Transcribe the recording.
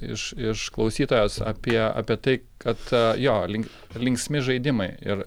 iš iš klausytos apie apie tai kad jo link linksmi žaidimai ir